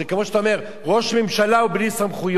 זה כמו שאתה אומר שראש ממשלה הוא בלי סמכויות.